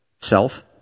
self